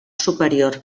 superior